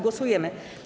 Głosujemy.